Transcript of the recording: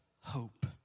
hope